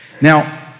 Now